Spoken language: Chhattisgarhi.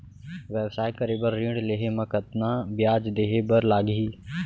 व्यवसाय करे बर ऋण लेहे म कतना ब्याज देहे बर लागही?